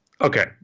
Okay